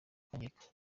kwangirika